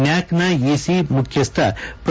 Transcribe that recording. ನ್ಕಾಕ್ನ EC ಮುಖ್ಯಸ್ಥ pro